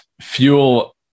fuel